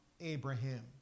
Abraham